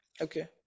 Okay